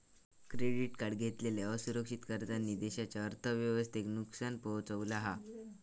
credit card घेतलेल्या असुरक्षित कर्जांनी देशाच्या अर्थव्यवस्थेक नुकसान पोहचवला हा